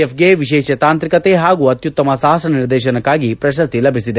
ಎಫ್ಗೆ ವಿಶೇಷ ತಾಂತ್ರಿಕತೆ ಹಾಗೂ ಅತ್ಯುತ್ತಮ ಸಾಹಸ ನಿರ್ದೇಶನಕ್ಕಾಗಿ ಪ್ರಶಸ್ತಿ ಲಭಿಸಿದೆ